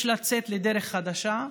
יש לצאת לדרך חדשה,